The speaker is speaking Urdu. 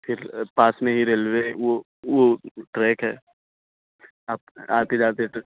پھر پاس میں ہی ریلوے وہ وہ ٹریک ہے آپ آتے جاتے